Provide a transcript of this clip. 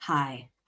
Hi